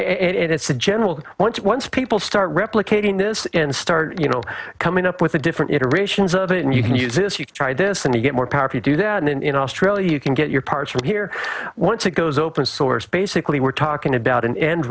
it's a general once once people start replicating this and start you know coming up with a different iterations of it and you can use this you try this and you get more power to do that in australia you can get your parts from here once it goes open source basically we're talking about an end